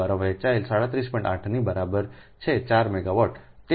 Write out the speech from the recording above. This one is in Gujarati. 8 ની બરાબર છે 4 મેગાવોટ